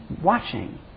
watching